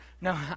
No